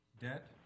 debt